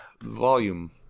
volume